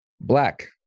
Black